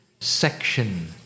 section